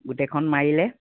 গোটেইখন মাৰিলে